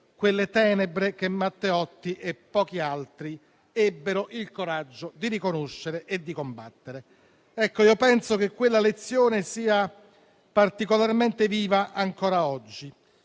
quelle tenebre che Matteotti e pochi altri ebbero il coraggio di riconoscere e combattere. Ecco, penso che quella lezione sia particolarmente viva ancora oggi